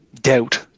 doubt